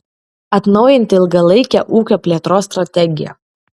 atnaujinti ilgalaikę ūkio plėtros strategiją